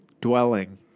Dwelling